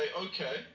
okay